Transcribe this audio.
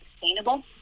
sustainable